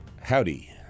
Howdy